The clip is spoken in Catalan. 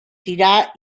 tirà